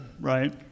right